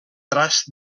traç